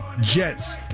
Jets